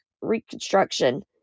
Reconstruction